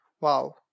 Wow